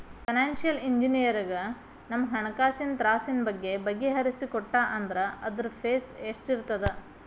Financial ಇಂಜಿನಿಯರಗ ನಮ್ಹಣ್ಕಾಸಿನ್ ತ್ರಾಸಿನ್ ಬಗ್ಗೆ ಬಗಿಹರಿಸಿಕೊಟ್ಟಾ ಅಂದ್ರ ಅದ್ರ್ದ್ ಫೇಸ್ ಎಷ್ಟಿರ್ತದ?